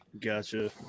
Gotcha